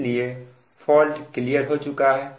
इसलिए fault clear हो चुका है